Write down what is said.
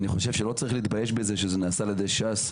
אני חושב שלא צריך להתבייש בזה שזה נעשה על ידי ש"ס,